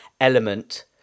element